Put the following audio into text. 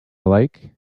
like